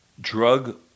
drug